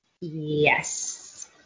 Yes